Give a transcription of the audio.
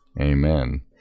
Amen